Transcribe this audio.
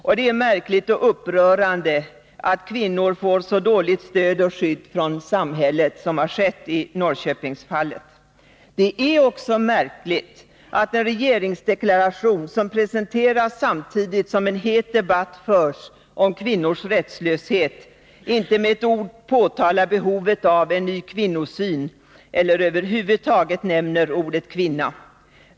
Det är också märkligt och upprörande att kvinnor får så dåligt stöd och skydd från samhället, som har framgått i Norrköpingsfallet. Det är vidare märkligt att en regeringsdeklaration, som presenteras samtidigt som en het debatt förs om kvinnors rättslöshet, inte med ett ord framhåller behovet av en ny kvinnosyn eller över huvud taget nämner ordet kvinna.